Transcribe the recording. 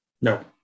No